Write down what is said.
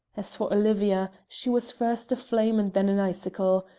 as for olivia, she was first a flame and then an icicle.